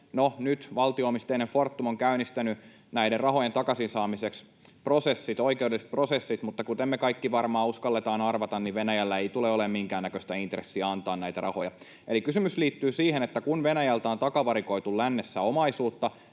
nyt valtio-omisteinen Fortum on käynnistänyt näiden rahojen takaisin saamiseksi oikeudelliset prosessit, mutta kuten me kaikki varmaan uskalletaan arvata, niin Venäjällä ei tule olemaan minkään näköistä intressiä antaa näitä rahoja. Eli kysymys liittyy siihen, että kun Venäjältä on takavarikoitu lännessä omaisuutta,